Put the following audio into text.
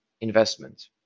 investment